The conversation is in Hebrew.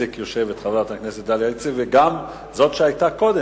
חברת הכנסת דליה איציק, וגם זו שהיתה קודם.